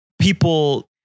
people